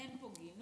אין פה גינוי,